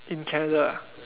in Canada ah